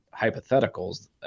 hypotheticals